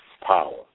power